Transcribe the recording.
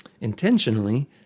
intentionally